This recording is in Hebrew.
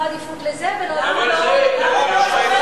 לא עדיפות לזה ולא עדיפות לזה.